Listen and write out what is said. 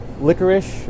licorice